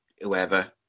whoever